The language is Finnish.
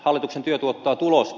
hallituksen työ tuottaa tulosta